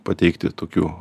pateikti tokių